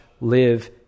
live